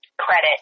credit